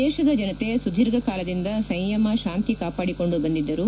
ದೇಶದ ಜನತೆ ಸುದೀರ್ಘ ಕಾಲದಿಂದ ಸಂಯಮ ಶಾಂತಿ ಕಾಪಾಡಿಕೊಂಡು ಬಂದಿದ್ದರು